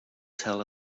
tell